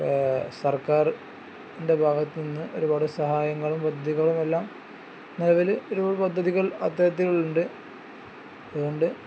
സർക്കാർന്റെ ഭാഗത്ത് നിന്ന് ഒരുപാട് സഹായങ്ങളും പദ്ധതികളും എല്ലാം നിലവിൽ ഒരുപാട് പദ്ധതികൾ അത്തരത്തിൽ ഉണ്ട് അതുകൊണ്ട്